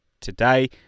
today